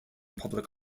public